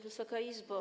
Wysoka Izbo!